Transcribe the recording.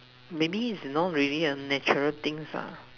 maybe is you know maybe a natural things ah